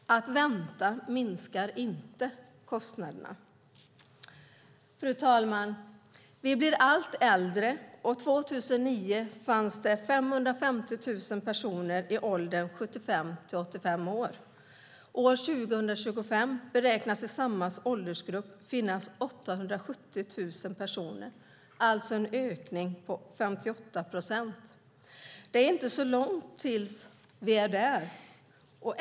Att vänta minskar inte kostnaderna. Fru talman! Vi blir allt äldre, och 2009 fanns det 550 000 personer i åldern 75-85 år. År 2025 beräknas det i samma åldersgrupp finnas 870 000 personer, alltså en ökning med 58 procent. Det är inte så långt tills vi är där.